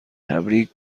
تبریک